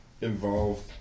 involved